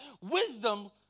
Wisdom